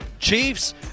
Chiefs